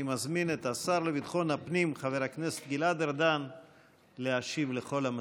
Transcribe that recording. אני מזמין את השר לביטחון הפנים חבר הכנסת גלעד ארדן להשיב לכל המציעים.